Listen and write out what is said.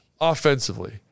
Offensively